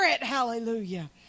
hallelujah